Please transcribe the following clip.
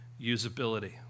usability